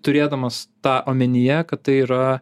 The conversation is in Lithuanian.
turėdamas tą omenyje kad tai yra